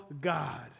God